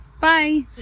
Bye